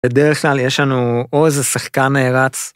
בדרך כלל יש לנו או איזה שחקן נערץ